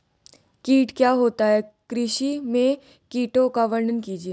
कीट क्या होता है कृषि में कीटों का वर्णन कीजिए?